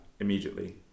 immediately